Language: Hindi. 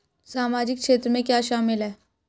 सामाजिक क्षेत्र में क्या शामिल है?